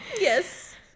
Yes